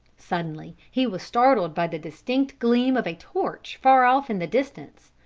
suddenly he was startled by the distinct gleam of a torch far off in the distance.